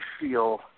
feel